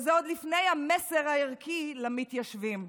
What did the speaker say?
וזה עוד לפני המסר הערכי למתיישבים.